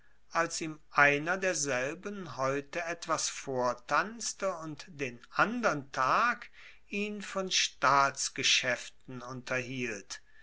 als ihm einer derselben heute etwas vortanzte und den andern tag ihn von staatsgeschaeften unterhielt